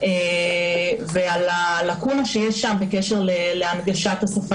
בגלל שראינו שנוכחות השפה